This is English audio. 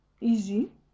Easy